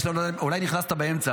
אולי נכנסת באמצע,